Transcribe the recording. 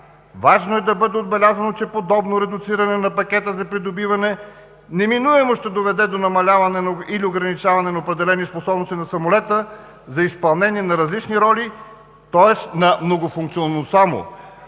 Важно е да бъде отбелязано, че подобно редуциране на пакета за придобиване неминуемо ще доведе до намаляване или ограничаване на определени способности на самолета за изпълнение на различни роли, тоест на многофункционалността